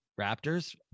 Raptors